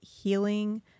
healing